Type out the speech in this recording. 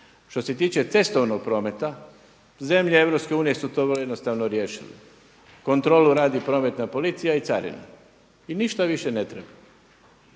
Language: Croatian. Što se tiče cestovnog prometa, zemlje EU su to vrlo jednostavno riješile, kontrolu radi prometna policija i carina i ništa više ne treba.